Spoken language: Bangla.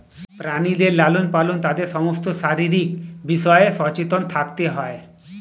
প্রাণীদের লালন পালনে তাদের সমস্ত শারীরিক বিষয়ে সচেতন থাকতে হয়